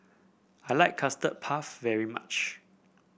I like Custard Puff very much